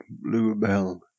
bluebell